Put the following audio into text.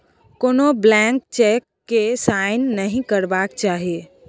कोनो blank cheque केँ sign नहि करबाक चाही